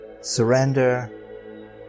Surrender